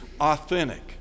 authentic